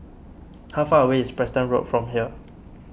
how far away is Preston Road from here